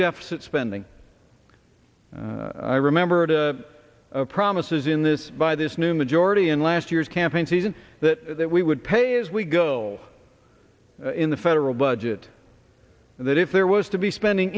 deficit spending i remembered a promise is in this by this new majority in last year's campaign season that that we would pay as we go in the federal budget that if there was to be spending